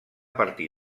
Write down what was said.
partir